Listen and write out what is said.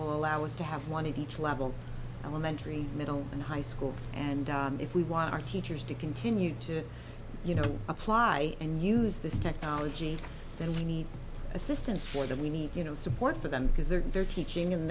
will allow us to have one in each level elementary middle and high school and if we want our teachers to continue to you know apply and use this technology then we need assistance for them we need you know support for them because they're their teaching and